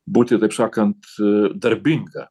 būti taip sakant darbinga